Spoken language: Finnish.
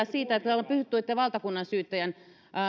siitä täällä on puhuttu että valtakunnansyyttäjän